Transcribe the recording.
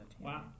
Wow